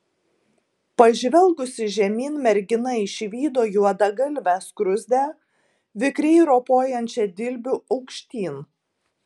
pažvelgusi žemyn mergina išvydo juodagalvę skruzdę vikriai ropojančią dilbiu aukštyn